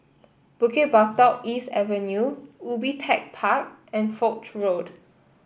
Bukit Batok East Avenue Ubi Tech Park and Foch Road